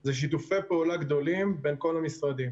זה שיתופי פעולה גדולים בין כל המשרדים.